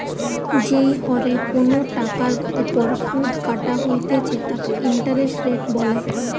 যেই হরে কোনো টাকার ওপর শুধ কাটা হইতেছে তাকে ইন্টারেস্ট রেট বলে